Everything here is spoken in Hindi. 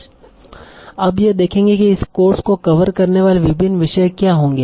अब यह देखेंगे कि इस कोर्स को कवर करने वाले विभिन्न विषय क्या होंगे